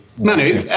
Manu